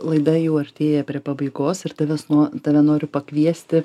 laida artėja prie pabaigos ir tavęs nuo tave noriu pakviesti